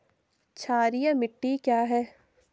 क्षारीय मिट्टी क्या है?